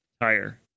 tire